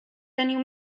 teniu